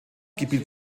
gebiet